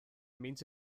means